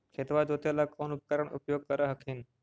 खेतबा जोते ला कौन उपकरण के उपयोग कर हखिन?